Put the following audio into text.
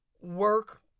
work